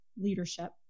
leadership